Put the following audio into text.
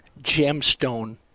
Gemstone